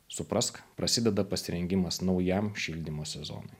suprask prasideda pasirengimas naujam šildymo sezonui